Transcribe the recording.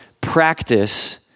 practice